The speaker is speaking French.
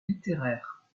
littéraires